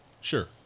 Sure